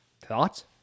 thoughts